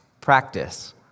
practice